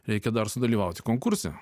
reikia dar sudalyvauti konkurse